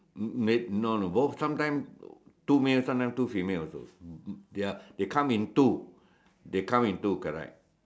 uh uh they no no both sometime two male sometime two female also they are they come in two they come in two correct